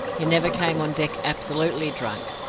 he never came on deck absolutely drunk,